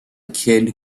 kid